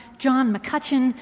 john mccutcheon,